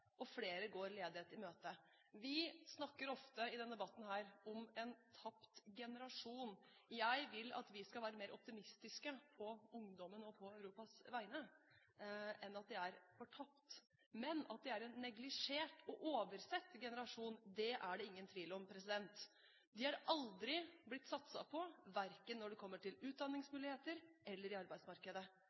og flere går ledighet i møte. Vi snakker ofte i denne debatten om en tapt generasjon. Jeg vil at vi skal være mer optimistiske på ungdommens og på Europas vegne enn å si at de er fortapt. Men at de er en neglisjert og oversett generasjon, det er det ingen tvil om. De er aldri blitt satset på, verken når det kommer til utdanningsmuligheter eller i arbeidsmarkedet.